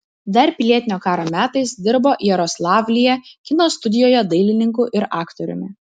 dar pilietinio karo metais dirbo jaroslavlyje kino studijoje dailininku ir aktoriumi